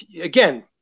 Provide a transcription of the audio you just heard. again